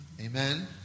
Amen